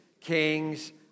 kings